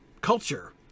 culture